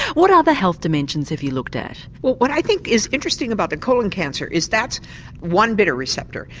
what other health dimensions have you looked at? what what i think is interesting about colon cancer is that's one bitter receptor.